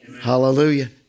hallelujah